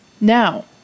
Now